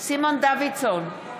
סימון דוידסון,